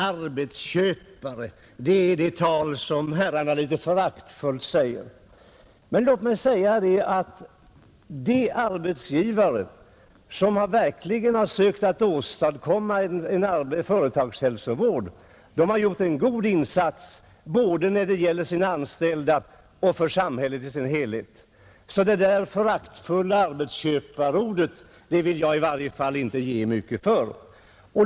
”Arbetsköpare” säger herrarna litet föraktfullt. Låt mig säga att de arbetsgivare, som verkligen försökt åstadkomma en företagshälsovård, har gjort en god insats både för sina anställda och för samhället i dess helhet. Det där föraktfulla ordet arbetsköpare vill i varje fall jag inte ge mycket för.